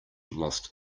lost